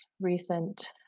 recent